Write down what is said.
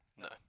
No